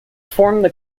formed